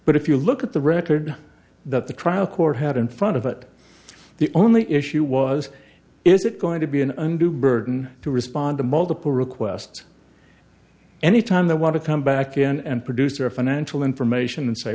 but if you look at the record that the trial court had in front of it the only issue was is it going to be an undue burden to respond to multiple requests any time they want to come back in and produce or financial